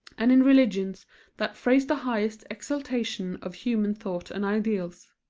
and in religions that phrase the highest exaltation of human thought and ideals.